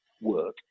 work